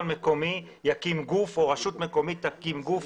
מקומי יקים גוף או רשות מקומית תקים גוף